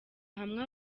hamwe